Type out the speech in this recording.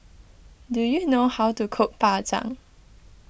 do you know how to cook Bak Chang